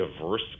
diverse